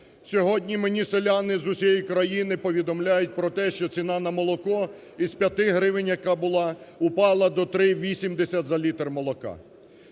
Сьогодні мені селяни з усієї країни повідомляють про те, що ціна на молоко із 5 гривень, яка була, упала до 3,80 за літр молока.